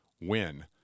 win